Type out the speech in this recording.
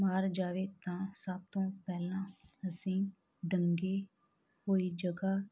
ਮਾਰ ਜਾਵੇ ਤਾਂ ਸਭ ਤੋਂ ਪਹਿਲਾਂ ਅਸੀਂ ਡੰਗੀ ਹੋਈ ਜਗ੍ਹਾ